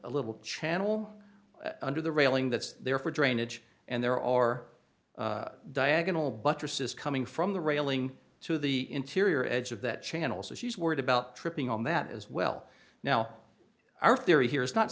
little channel under the railing that's there for drainage and there are diagonal buttresses coming from the railing to the interior edge of that channel so she's worried about tripping on that as well now our theory here is not